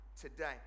today